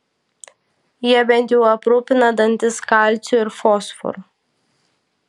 jie bent jau aprūpina dantis kalciu ir fosforu